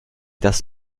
das